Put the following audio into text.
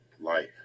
life